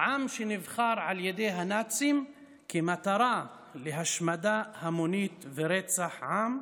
העם שנבחר על ידי הנאצים כמטרה להשמדה המונית ורצח עם,